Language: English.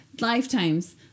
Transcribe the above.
lifetimes